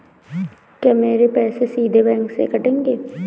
क्या मेरे पैसे सीधे बैंक से कटेंगे?